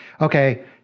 okay